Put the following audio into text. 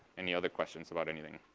any other questions about anything?